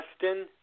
Justin